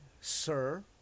sir